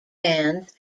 bands